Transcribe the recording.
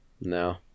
No